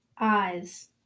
Eyes